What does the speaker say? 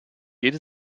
jede